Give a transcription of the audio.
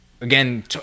again